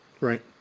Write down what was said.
Right